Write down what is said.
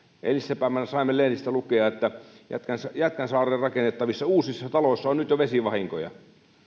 eilispäivänä saimme lehdistä lukea että jätkäsaareen rakennettavissa uusissa taloissa on nyt jo vesivahinkoja